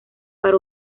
para